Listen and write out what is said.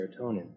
serotonin